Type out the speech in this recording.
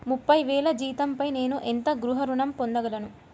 ముప్పై వేల జీతంపై నేను ఎంత గృహ ఋణం పొందగలను?